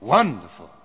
Wonderful